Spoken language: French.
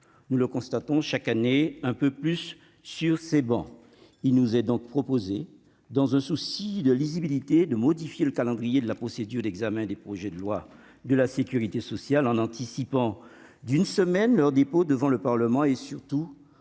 Nous le constatons chaque année un peu plus sur ces travées. Il nous est donc proposé, dans un souci de lisibilité, de modifier le calendrier et la procédure d'examen des projets de loi de financement de la sécurité sociale en anticipant d'une semaine leur dépôt devant le Parlement et, surtout,